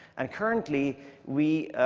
and currently we